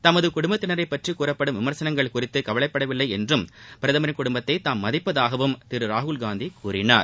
தமது குடும்பத்தினரை பற்றி கூறப்படும் விமர்சனங்கள் குறித்து கவலைப்படவில்லை என்றும் பிரதமரின் குடும்பத்தை தாம் மதிப்பதாகவும் திரு ராகுல்காந்தி கூறினார்